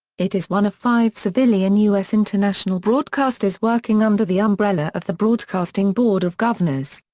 it is one of five civilian u s. international broadcasters working under the umbrella of the broadcasting board of governors.